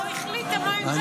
דרך אגב?